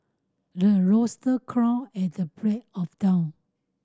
the rooster crow at the break of dawn